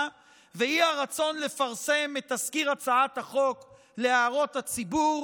והיא הרצון לפרסם את תזכיר הצעת החוק להערות הציבור.